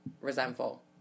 resentful